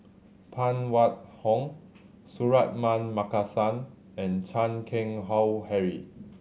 Phan Wait Hong Suratman Markasan and Chan Keng Howe Harry